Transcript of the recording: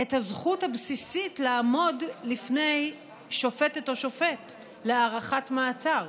את הזכות הבסיסית לעמוד לפני שופטת או שופט להארכת מעצר.